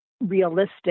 realistic